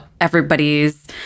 everybody's